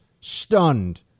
stunned